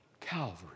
Calvary